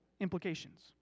implications